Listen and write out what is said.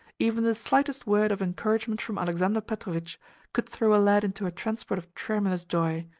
even the slightest word of encouragement from alexander petrovitch could throw a lad into a transport of tremulous joy,